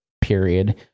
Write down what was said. period